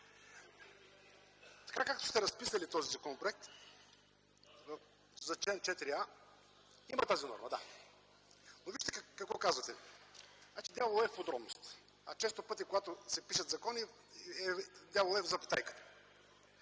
така както сте разписали този законопроект за чл. 4а – има тази норма – да. Вижте какво казвате. Дяволът е в подробностите. Често пъти, когато се пишат закони дяволът е в запетайката.